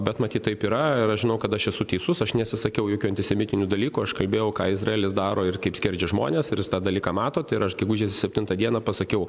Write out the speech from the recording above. bet matyt taip yra ir aš žinau kad aš esu teisus aš nesisakiau jokių antisemitinių dalykų aš kalbėjau ką izraelis daro ir kaip skerdžia žmones ir jūs tą dalyką matot ir aš gegužės septintą dieną pasakiau